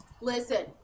Listen